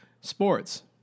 sports